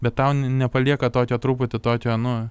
bet tau n nepalieka tokio truputį tokio nu